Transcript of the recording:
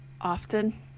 Often